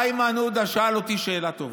איימן עודה שאל אותי שאלה טובה,